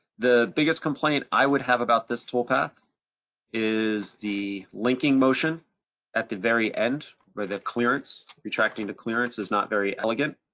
the biggest complaint i would have about this toolpath is the linking motion at the very end where the clearance retracting the clearance is not very elegant.